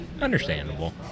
understandable